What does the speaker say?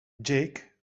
jake